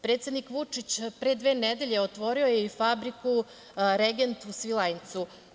Predsednik Vučić pre dve nedelje otvorio je i fabriku „Regent“ u Svilajncu.